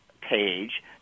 page